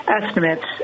estimates